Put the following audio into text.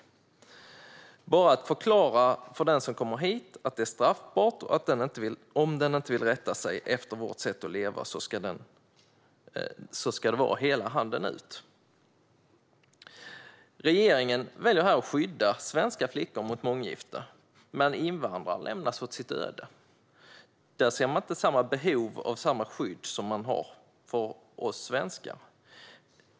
Det är bara att förklara för den som kommer hit att det är straffbart, och om personen då inte vill rätta sig efter vårt sätt att leva ska det vara "hela handen ut". Regeringen väljer att skydda svenska flickor mot månggifte, men invandrare lämnas åt sitt öde. Där ser man inte samma behov av skydd som när det gäller oss svenskar.